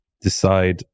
decide